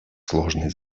сложной